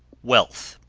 wealth.